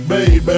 Baby